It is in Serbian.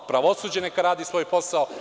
Pravosuđe neka radi svoj posao.